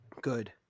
good